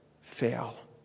fail